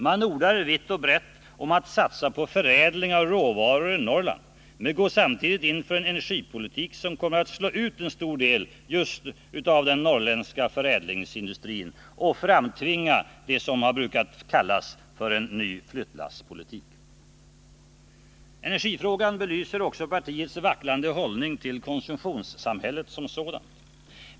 Men ordar vitt och brett om att satsa på förädling av råvaror i Norrland, men går samtidigt in för en energipolitik som kommer att slå ut en stor del av just den norrländska förädlingsindustrin och tvinga fram det som man har brukat kalla för en ny flyttlasspolitik. Energifrågan belyser också partiets vacklande hållning till konsumtionssamhället som sådant.